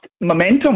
Momentum